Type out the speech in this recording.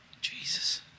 Jesus